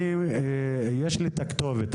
עכשיו יש לי כתובת.